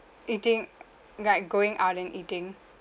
eating like going out and eating